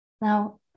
Now